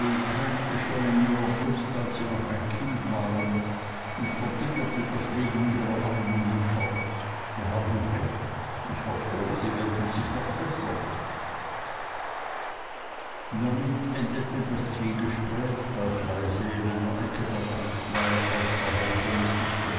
schon in ihrer brust als sie noch ein kind waren und verbitterte das leben ihrer armen mutter sie haben recht ich hoffe sie werden sich noch bessern damit endete das zwiegespräch das leise in einer ecke der kanzlei außerhalb von